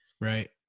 Right